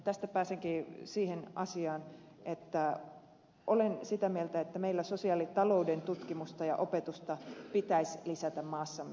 tästä pääsenkin siihen asiaan että olen sitä mieltä että meillä sosiaalitalouden tutkimusta ja opetusta pitäisi lisätä maassamme